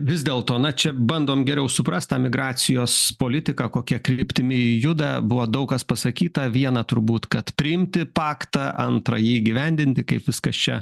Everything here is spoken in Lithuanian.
vis dėlto na čia bandom geriau suprast tą migracijos politiką kokia kryptimi juda buvo daug kas pasakyta viena turbūt kad priimti paktą antrąjį įgyvendinti kaip viskas čia